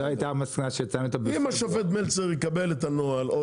זו הייתה המסקנה --- אם השופט מלצר יקבל את הנוהל או